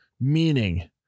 meaning